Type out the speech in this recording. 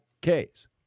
case